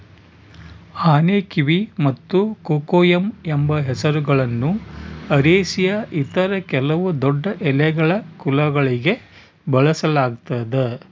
ಆನೆಕಿವಿ ಮತ್ತು ಕೊಕೊಯಮ್ ಎಂಬ ಹೆಸರುಗಳನ್ನು ಅರೇಸಿಯ ಇತರ ಕೆಲವು ದೊಡ್ಡಎಲೆಗಳ ಕುಲಗಳಿಗೆ ಬಳಸಲಾಗ್ತದ